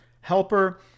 helper